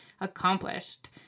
accomplished